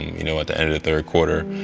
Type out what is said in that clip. you know at the end of the third quarter.